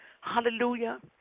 Hallelujah